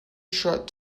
short